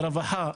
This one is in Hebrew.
ברווחה,